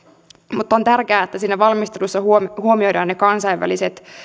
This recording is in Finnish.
mutta on tärkeää että siinä valmistelussa huomioidaan huomioidaan ne kansainväliset